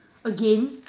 again